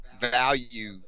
value